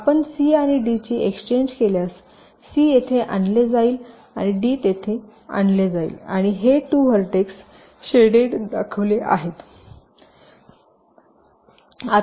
आपण c आणि d ची एक्सचेंज केल्यास c येथे आणले जाईल आणि d तेथे आणले जाईल आणि हे 2 व्हर्टेक्स शेडेड दाखवले आहेत